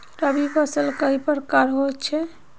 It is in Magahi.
रवि फसल कई प्रकार होचे?